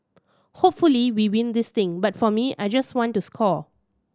hopefully we win this thing but for me I just want to score